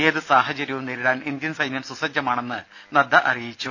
ഏതു സാഹചര്യവും നേരിടാൻ ഇന്ത്യൻ സൈന്യം സുസജ്ജമാണെന്ന് നദ്ദ പറഞ്ഞു